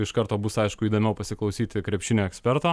iš karto bus aišku įdomiau pasiklausyti krepšinio eksperto